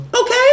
Okay